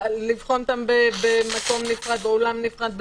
לבחון אותם באולם נפרד.